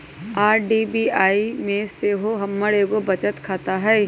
IDBI में सेहो हमर एगो बचत खता हइ